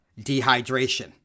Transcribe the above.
dehydration